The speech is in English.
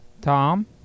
Tom